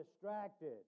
distracted